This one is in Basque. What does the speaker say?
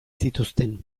zituzten